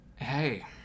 Hey